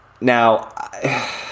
now